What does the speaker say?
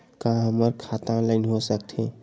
का हमर खाता ऑनलाइन हो सकथे?